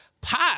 pop